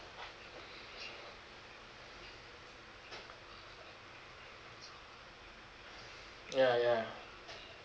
ya ya